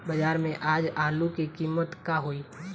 बाजार में आज आलू के कीमत का होई?